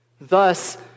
Thus